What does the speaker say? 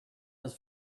his